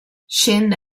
scende